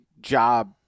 job